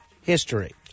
history